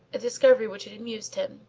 a discovery which had amused him.